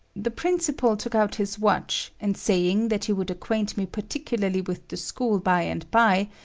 the principal took out his watch, and saying that he would acquaint me particularly with the school by-and-bye,